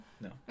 No